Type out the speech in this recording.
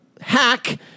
hack